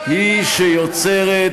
זה בדיוק ההסתה, היא שיוצרת,